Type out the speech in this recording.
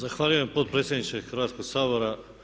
Zahvaljujem potpredsjedniče Hrvatskog sabora.